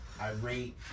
Irate